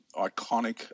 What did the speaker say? iconic